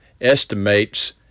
estimates